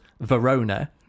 verona